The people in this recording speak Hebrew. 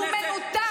הוא מנותק.